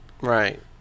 right